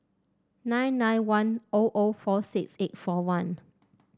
nine nine one O O four six eight four one